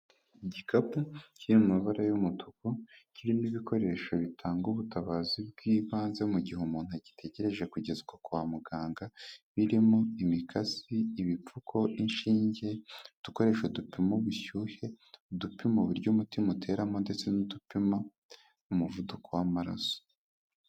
Igikata kiri mu mabara y'umutuku, kirimo ibikoresho bitanga ubutabazi bw'ibanze mu gihe umuntu agitegereje kugezwa kwa muganga, birimo: imikasi, ibipfuko, inshinge, udukoresho dupima ubushyuhe, udupima uburyo umutima uteramo, ndetse n'udupima umuvuduko w'amaraso.